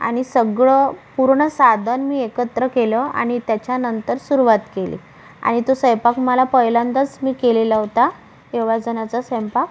आणि सगळं पूर्ण साधन मी एकत्र केलं आणि त्याच्यानंतर सुरवात केली आणि तो स्वैपाक मला पहिल्यांदास मी केलेला होता एवढ्याजणांचा स्वैंपाक